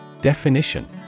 Definition